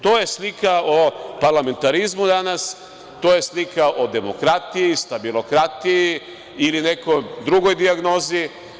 To je slika o parlamentarizmu danas, to je slika o demokratiji, stabilokratiji ili nekoj drugoj dijagnozi.